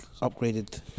upgraded